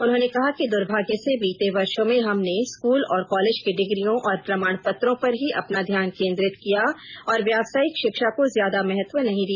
उन्होंने कहा कि द्भाग्य से बीते वर्षो में हमने स्कूल और कॉलेज की डिग्रियों और प्रमाण पत्रों पर ही अपना ध्यान केन्द्रित किया और व्यावसायिक शिक्षा को ज्यादा महत्व नहीं दिया